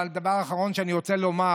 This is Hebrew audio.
דבר אחרון שאני רוצה לומר,